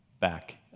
back